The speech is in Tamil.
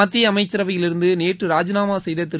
மத்திய அமைச்சரவையில் இருந்து நேற்று ராஜினாமா செய்த திரு